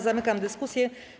Zamykam dyskusję.